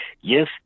yes